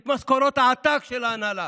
את משכורות העתק של ההנהלה.